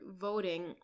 voting